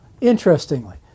interestingly